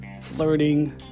flirting